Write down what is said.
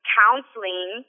counseling